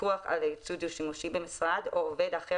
הפיקוח על היצוא דו שימושי במשרד או עובד אחר